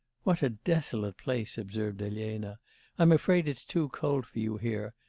what a desolate place observed elena i'm afraid it's too cold for you here,